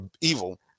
evil